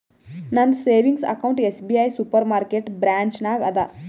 ನಂದ savings account SBI super market branch ನಾಗ್ ಅದಾ